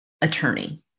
attorney